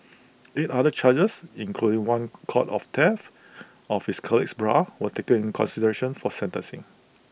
eight other charges including one count of theft of his colleague's bra were taken in consideration for sentencing